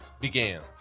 began